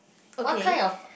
okay